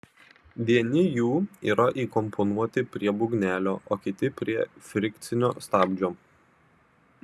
vieni jų yra įkomponuoti prie būgnelio o kiti prie frikcinio stabdžio